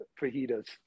fajitas